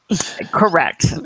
Correct